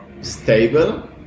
stable